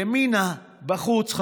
ימינה בחוץ.